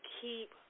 keep